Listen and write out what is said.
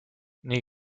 nii